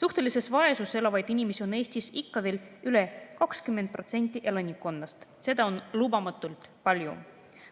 Suhtelises vaesuses elavaid inimesi on Eestis ikka veel üle 20% elanikkonnast. Seda on lubamatult palju.